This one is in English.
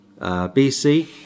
BC